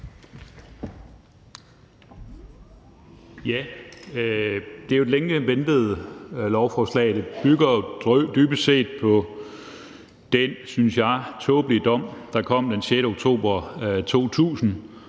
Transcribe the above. Det er jo et længe ventet lovforslag. Det bygger dybest set på den, synes jeg, tåbelige dom, der kom den 6. oktober 2000,